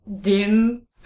dim